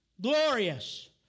glorious